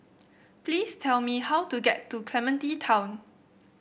please tell me how to get to Clementi Town